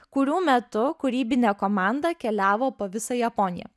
kurių metu kūrybinė komanda keliavo po visą japoniją